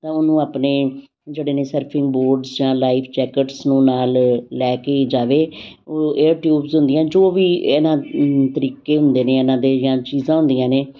ਤਾਂ ਉਹਨੂੰ ਆਪਣੇ ਜਿਹੜੇ ਨੇ ਸਰਫਿੰਗ ਬੂਟਸ ਜਾਂ ਲਾਈਫ ਜੈਕੇਟਸ ਨੂੰ ਨਾਲ ਲੈ ਲੈ ਕੇ ਈ ਜਾਵੇ ਉਹ ਏਅਰ ਟਿਊਬਸ ਹੁੰਦੀਆਂ ਜੋ ਵੀ ਇਹਨਾਂ ਤਰੀਕੇ ਹੁੰਦੇ ਨੇ ਇਹਨਾਂ ਦੇ ਜਾਂ ਚੀਜ਼ਾਂ ਹੁੰਦੀਆਂ ਨੇ